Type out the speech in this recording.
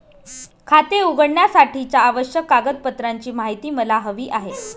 खाते उघडण्यासाठीच्या आवश्यक कागदपत्रांची माहिती मला हवी आहे